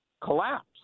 collapse